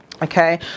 Okay